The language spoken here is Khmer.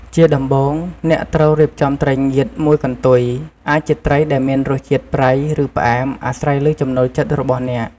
ជាដំបូង អ្នកត្រូវរៀបចំត្រីងៀតមួយកន្ទុយ អាចជាត្រីដែលមានរសជាតិ ប្រៃ ឬផ្អែម អាស្រ័យលើចំណូលចិត្តរបស់អ្នក។